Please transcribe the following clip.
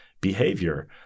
behavior